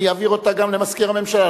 אני אעביר אותה גם למזכיר הממשלה.